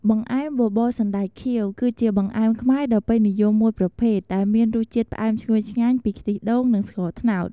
បង្អែមបបរសណ្ដែកខៀវ គឺជាបង្អែមខ្មែរដ៏ពេញនិយមមួយប្រភេទ ដែលមានរសជាតិផ្អែមឈ្ងុយឆ្ងាញ់ពីខ្ទិះដូង និងស្ករត្នោត។